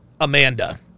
Amanda